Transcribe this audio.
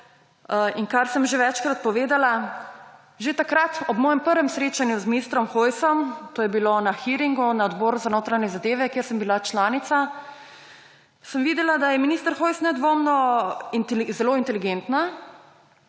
in kar sem že večkrat povedala. Že takrat, ob mojem prvem srečanju z ministrom Hojsom, to je bilo na hearingu na Odboru za notranje zadeve, kjer sem bila članica, sem videla, da je minister Hojs nedvomno zelo inteligentna